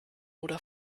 oder